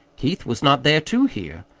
keith was not there to hear.